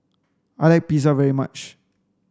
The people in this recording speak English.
I like Pizza very much